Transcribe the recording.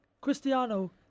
Cristiano